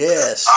Yes